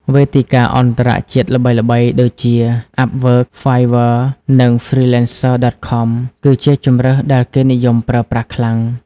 វេទិកាអន្តរជាតិល្បីៗ ដូចជា Upwork, Fiverr និង Freelancer.com គឺជាជម្រើសដែលគេនិយមប្រើប្រាស់ខ្លាំង។